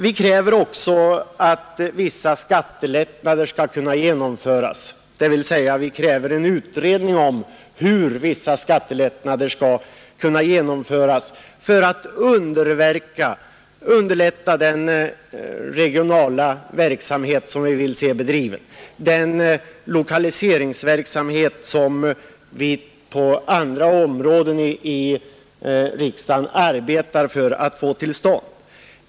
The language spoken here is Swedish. Vi kräver också en utredning om hur vissa skattelättnader skall kunna genomföras för att underlätta den regionala verksamhet som vi vill se bedrivas — den lokaliseringsverksamhet på andra områden som vi i riksdagen arbetar för att få till stånd.